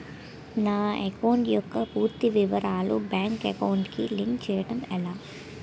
నా అకౌంట్ యెక్క పూర్తి వివరాలు బ్యాంక్ అకౌంట్ కి లింక్ చేయడం ఎలా?